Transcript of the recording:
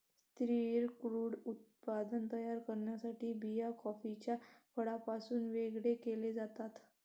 स्थिर क्रूड उत्पादन तयार करण्यासाठी बिया कॉफीच्या फळापासून वेगळे केल्या जातात